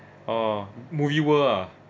oh movie world ah